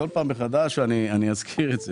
הרב גפני, בכל פעם מחדש אזכיר את זה: